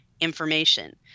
information